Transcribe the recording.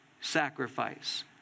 sacrifice